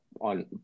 on